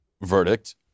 verdict